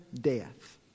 death